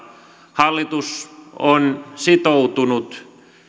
hallitus on sitoutunut